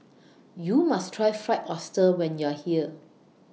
YOU must Try Fried Oyster when YOU Are here